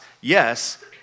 Yes